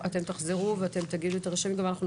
כמובן,